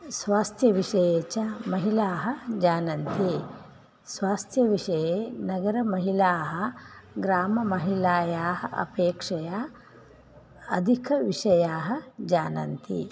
स्वास्थ्यविषये च महिलाः जानन्ति स्वास्थ्यविषये नगरमहिलाः ग्राममहिलायाः अपेक्षया अधिकविषयाः जानन्ति